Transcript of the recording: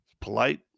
polite